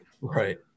Right